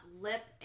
Lip